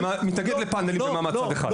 אתה מתנגד לפנלים במעמד צד אחד.